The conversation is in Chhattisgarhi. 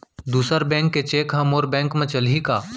दूसर बैंक के चेक ह मोर बैंक म चलही का?